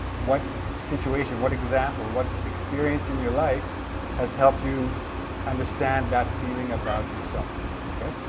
what situation what example, what experience in your life has helped you understand that feeling about yourself? okay?